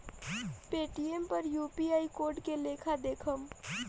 Paytm पर UPI code के लेखा देखम?